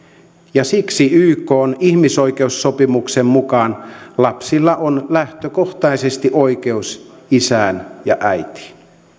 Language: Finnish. ja siksi ykn ihmisoikeussopimuksen mukaan lapsilla on lähtökohtaisesti oikeus isään ja äitiin